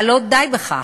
אבל לא די בכך.